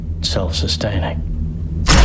self-sustaining